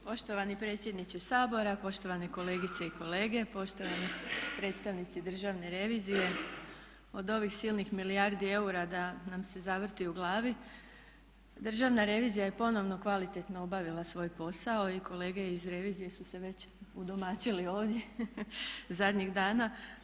Poštovani predsjedniče Sabora, poštovane kolegice i kolege, poštovani predstavnici državne revizije od ovih silnih milijardi eura da nam se zavrti u glavi Državna revizija je ponovno kvalitetno obavila svoj posao i kolege iz revizije su se već udomaćili ovdje zadnjih dana.